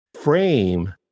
Frame